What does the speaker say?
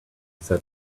said